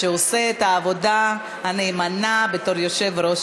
שעושה את העבודה הנאמנה בתור יושב-ראש